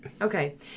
Okay